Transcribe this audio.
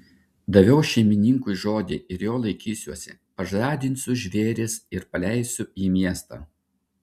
daviau šeimininkui žodį ir jo laikysiuosi pažadinsiu žvėris ir paleisiu į miestą